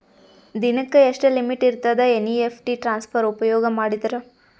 ದಿನಕ್ಕ ಎಷ್ಟ ಲಿಮಿಟ್ ಇರತದ ಎನ್.ಇ.ಎಫ್.ಟಿ ಟ್ರಾನ್ಸಫರ್ ಉಪಯೋಗ ಮಾಡಿದರ?